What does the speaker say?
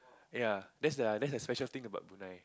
ya that's the that's the special thing about Brunei